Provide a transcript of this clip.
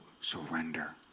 surrender